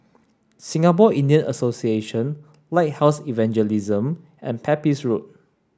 Singapore Indian Association Lighthouse Evangelism and Pepys Road